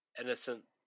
innocent